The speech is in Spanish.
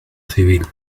civil